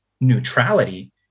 neutrality